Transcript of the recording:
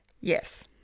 Yes